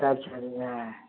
சரி சரிங்க